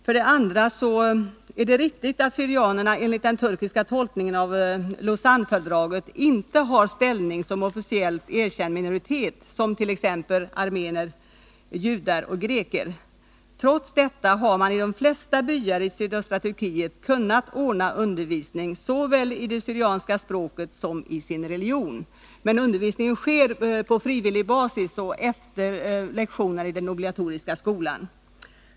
För det andra är det riktigt att syrianerna enligt den turkiska tolkningen av Lausannefördraget inte har ställning som officiellt erkänd minoritet, såsom t.ex. armenier, judar och greker har. Trots detta har man i de flesta byar i sydöstra Turkiet kunnat ordna undervisning såväl i det syrianska språket som isin religion. Dock sker undervisningen på frivillig basis och efter lektionerna i den obligatoriska skolan.